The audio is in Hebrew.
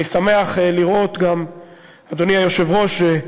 אני גם שמח לראות, אדוני היושב-ראש,